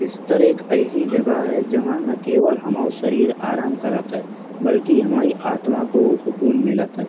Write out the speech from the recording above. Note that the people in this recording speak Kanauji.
बिस्तर एक अइसी जगह है जहाँ न केवल हुमाओ शरीर आराम करत बल्कि हुमाई आत्मा को हु सुकून मिलत है।